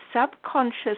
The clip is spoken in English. subconscious